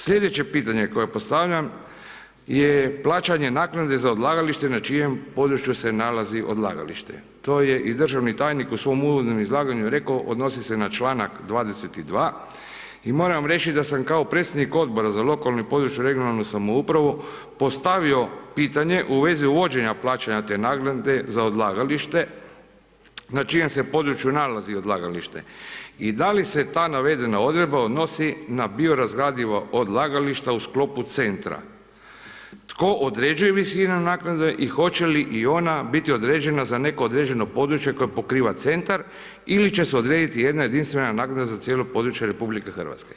Slijedeće pitanje koje postavljam je plaćanje naknade za odlagalište na čijem području se nalazi odlagalište, to je i državni tajnik u svom uvodnom izlaganju rekao odnosi se na članak 22. i moram reći da sam kao predstavnik odbora za lokalnu i područnu (regionalnu) samoupravu postavio pitanje u vezi uvođenja plaćanja te naknade za odlagalište na čijem se području nalazi odlagalište i da li se ta navedena odredba odnosi na biorazgradiva odlagališta u sklopu centra, tko određuje visinu naknade i hoće li i ona biti određena za neko određeno područje koje pokriva centar ili će se odrediti jedna jedinstvena naknada za cijelo područje RH.